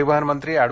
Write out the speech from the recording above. परिवहन मंत्री अँड